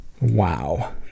Wow